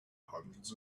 hundreds